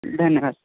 धन्यवाद